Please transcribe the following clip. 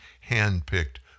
hand-picked